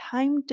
Time